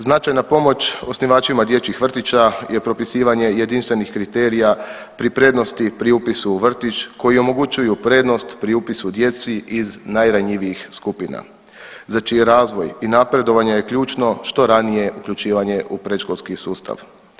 Značajna pomoć osnivačima dječjih vrtića je propisivanje jedinstvenih kriterija pri prednosti pri upisu u vrtić koji omogućuju prednost pri upisu djeci iz najranjivijih skupina za čiji razvoj i napredovanje je ključno što ranije uključivanje u predškolski sustav.